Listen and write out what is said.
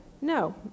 No